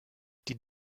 die